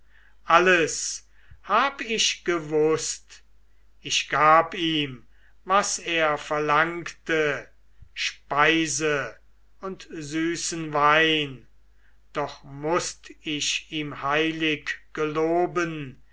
alles hab ich gewußt ich gab ihm was er verlangte speise und süßen wein doch mußt ich ihm heilig geloben